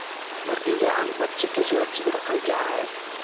मुर्गी या अन्य पक्षि के सुरक्षित रखल जा हइ